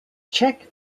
cheque